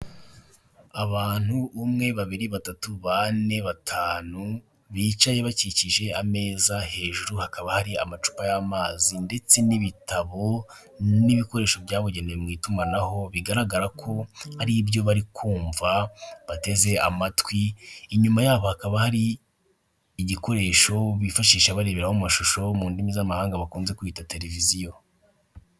Abantu umwe babiri batatu bane batanu bicaye bakikije ameza hejuru hakaba hari amacupa y'amazi ndetse n'ibitabo n'ibikoresho byabugenewe mu itumanaho . Bigaragara ko aribyo bari kumva bateze amatwi inyuma yabo hakaba hari igikoresho bifashisha barebera amashusho mu ndimi z'amahanga bakunze kwita televiziyo .